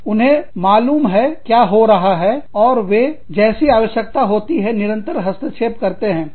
उन्हें मालूम है क्या हो रहा है और वे जैसी आवश्यकता होती है निरंतर हस्तक्षेप करते हैं